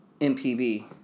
MPB